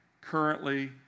currently